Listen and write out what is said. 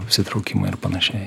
apsitraukimai ir panašiai